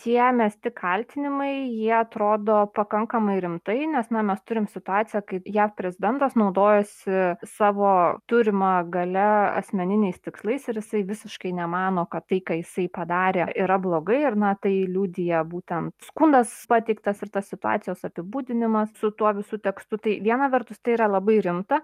tie mesti kaltinimai jie atrodo pakankamai rimtai nes na mes turim situaciją kai jav prezidentas naudojosi savo turima galia asmeniniais tikslais ir jisai visiškai nemano kad tai ką jisai padarė yra blogai ir na tai liudija būtent skundas pateiktas ir tas situacijos apibūdinimas su tuo visu tekstu tai viena vertus tai yra labai rimta